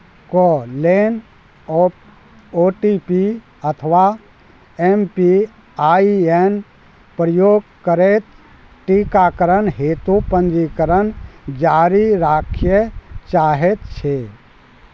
कऽ लेल ओ ओ टी पी अथवा एम पी आइ एन प्रयोग करैत टीकाकरण हेतु पञ्जीकरण जारी राखय चाहैत छी